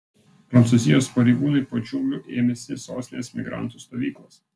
prancūzijos pareigūnai po džiunglių ėmėsi sostinės migrantų stovyklos